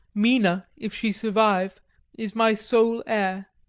mina if she survive is my sole heir.